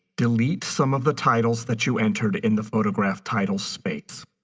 delete some of the titles that you entered in the photograph title space.